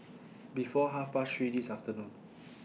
before Half Past three This afternoon